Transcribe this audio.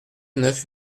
neuf